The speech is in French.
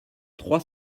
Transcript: trois